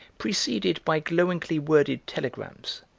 preceded by glowingly-worded telegrams,